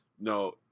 no